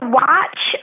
watch